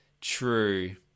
true